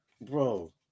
Bro